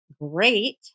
great